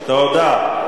תודה.